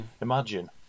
Imagine